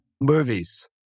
movies